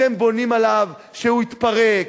אתם בונים עליו שהוא יתפרק,